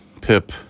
Pip